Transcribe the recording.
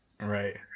Right